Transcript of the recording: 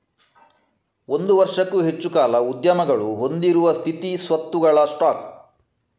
ಒಂದು ವರ್ಷಕ್ಕೂ ಹೆಚ್ಚು ಕಾಲ ಉದ್ಯಮಗಳು ಹೊಂದಿರುವ ಸ್ಥಿರ ಸ್ವತ್ತುಗಳ ಸ್ಟಾಕ್